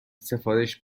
سفارش